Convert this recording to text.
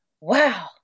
wow